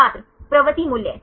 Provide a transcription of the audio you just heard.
छात्र प्रवृत्ति मूल्य